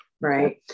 Right